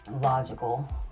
logical